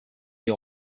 des